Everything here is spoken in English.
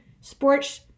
sports